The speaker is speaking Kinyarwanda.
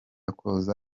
akoze